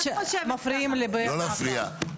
לא להפריע.